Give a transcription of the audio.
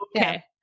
okay